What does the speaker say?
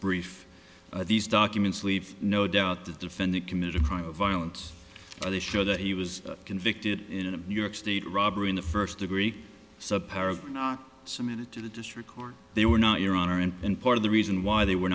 brief these documents leave no doubt the defendant committed a crime of violence or they show that he was convicted in a new york state robbery in the first degree not submitted to the district court they were not your honor and and part of the reason why they were